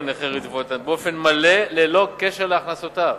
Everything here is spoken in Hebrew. נכה רדיפות באופן מלא ללא קשר להכנסותיו,